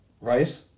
right